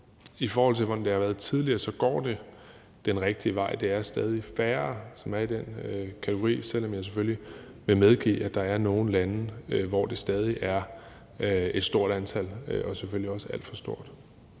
i forhold til hvordan det har været tidligere, går den rigtige vej, og at det er stadig færre, som er i den kategori, selv om jeg selvfølgelig vil medgive, at der er grupper fra nogle lande, hvor det stadig er et stort antal, og selvfølgelig også alt for stort.